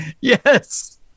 yes